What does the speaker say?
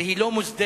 והיא לא מוסדרת,